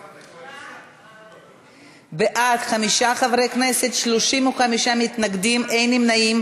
המשותפת: חברי הכנסת איימן עודה,